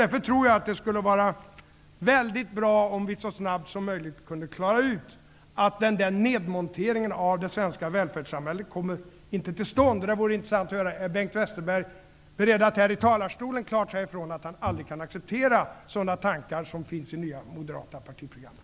Därför tror jag att det skulle vara mycket bra om vi så snabbt som möjligt kunde klara ut att nedmonteringen av det svenska välfärdssamhället inte kommer till stånd. Är Bengt Westerberg beredd att här i talarstolen klart säga ifrån att han aldrig kan acceptera sådana tankar som finns i det nya moderata partiprogrammet?